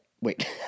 Wait